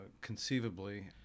conceivably